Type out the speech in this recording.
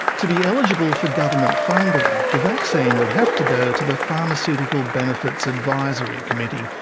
to be eligible for government funding, the vaccine would have to go to the pharmaceutical benefits advisory committee,